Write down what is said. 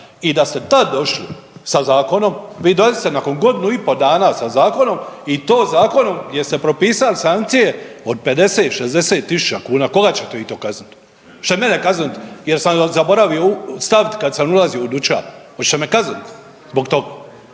i da ste tad došli sa zakonom, vi dali ste nakon godina i po dana sa zakonom i to zakonom je ste propisali sankcije od 50, 60 tisuća kuna. Koga ćete vi to kazniti? Oćete mene kazniti jer sam zaboravio stavit kad sam ulazio u dućan? Oćete me kaznit zbog tog?